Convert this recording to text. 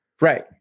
Right